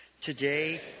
Today